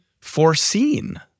foreseen